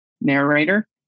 narrator